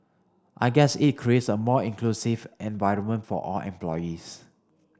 I guess it creates a more inclusive environment for all employees